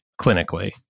clinically